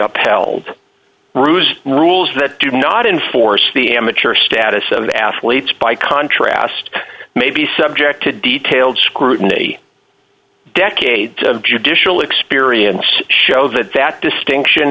upheld roos rules that do not enforce the amateur status of athletes by contrast may be subject to detailed scrutiny decades of judicial experience show that that distinction